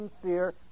sincere